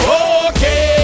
okay